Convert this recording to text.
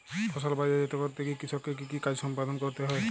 ফসল বাজারজাত করতে গিয়ে কৃষককে কি কি কাজ সম্পাদন করতে হয়?